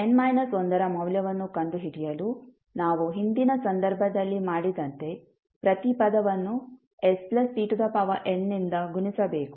kn−1 ರ ಮೌಲ್ಯವನ್ನು ಕಂಡುಹಿಡಿಯಲು ನಾವು ಹಿಂದಿನ ಸಂದರ್ಭದಲ್ಲಿ ಮಾಡಿದಂತೆ ಪ್ರತಿ ಪದವನ್ನು s pn ನಿಂದ ಗುಣಿಸಬೇಕು